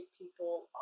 people